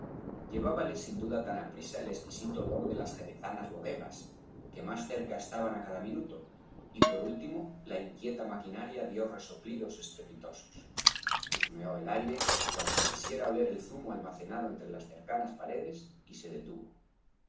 llevábale sin duda tan aprisa el exquisito olor de las jerezanas bodegas que más cerca estaban á cada minuto y por último la inquieta maquinaria dio resoplidos estrepitosos husmeó el aire cual si quisiera oler el zumo almacenado entre las cercanas paredes y se detuvo